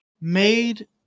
made